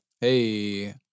Hey